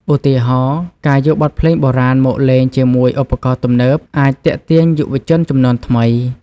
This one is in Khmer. ឧទាហរណ៍ ការយកបទភ្លេងបុរាណមកលេងជាមួយឧបករណ៍ទំនើបអាចទាក់ទាញយុវជនជំនាន់ថ្មី។